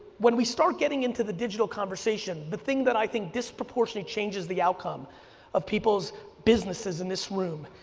when we start getting into the digital conversation, the thing that i think disproportionate changes the outcome of people's businesses in this room.